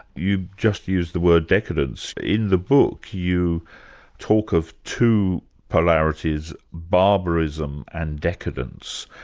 you've just used the word decadence. in the book you talk of two polarities barbarism and decadence.